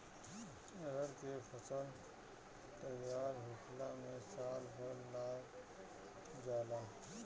अरहर के फसल तईयार होखला में साल भर लाग जाला